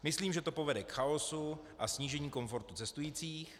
Myslím, že to povede k chaosu a snížení komfortu cestujících.